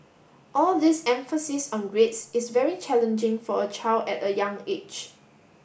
all this emphasis on grades is very challenging for a child at a young age